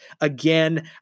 again